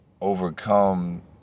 Overcome